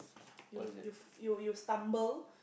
you you you you stumble